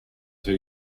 two